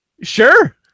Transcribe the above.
Sure